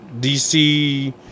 DC